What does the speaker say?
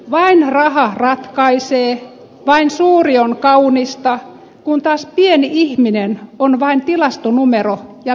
vain raha ratkaisee vain suuri on kaunista kun taas pieni ihminen on vain tilastonumero ja pelinappula